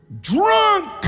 drunk